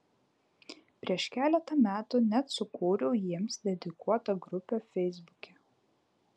prieš keletą metų net sukūriau jiems dedikuotą grupę feisbuke